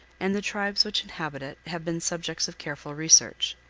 and the tribes which inhabit it have been subjects of careful research.